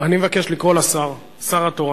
אני מבקש לקרוא לשר התורן,